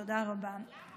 תודה רבה.